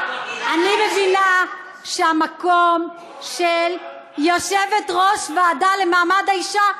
עכשיו אני מבינה שהמקום של יושבת-ראש הוועדה למעמד האישה,